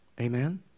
Amen